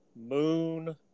Moon